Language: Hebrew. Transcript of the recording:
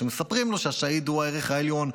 שמספרים לו שהשהיד הוא הערך העליון,